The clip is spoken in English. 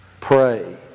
Pray